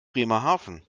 bremerhaven